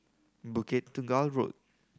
Bukit Tunggal Road